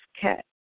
cat